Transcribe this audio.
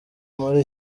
muri